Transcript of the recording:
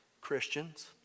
Christians